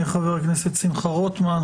חבר הכנסת שמחה רוטמן,